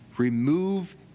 remove